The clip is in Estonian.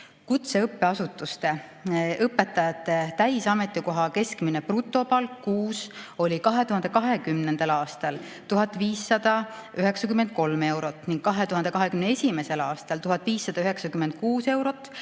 Kutseõppeasutuste õpetajate täisametikoha keskmine brutopalk kuus oli 2020. aastal 1593 eurot ning 2021. aastal 1596 eurot.